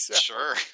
Sure